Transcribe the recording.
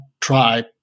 try